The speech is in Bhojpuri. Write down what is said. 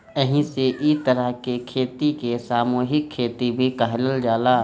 एही से इ तरह के खेती के सामूहिक खेती भी कहल जाला